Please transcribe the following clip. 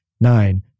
nine